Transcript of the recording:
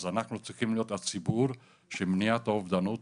אז אנחנו צריכים להיות הציבור שמניעת אובדנות